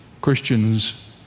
Christians